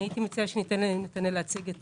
אני מציעה שניתן לנתנאל להציג את